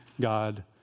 God